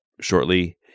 shortly